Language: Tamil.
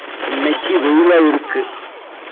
இன்னைக்கு வெயிலாக இருக்குது